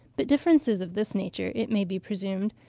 but differences of this nature, it may be presumed,